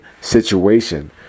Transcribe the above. situation